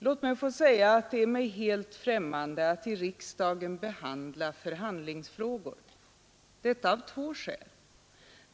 Låt mig då säga att det är mig helt främmande att här i riksdagen aktualisera förhandlingsfrågor, och detta av två skäl.